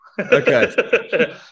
Okay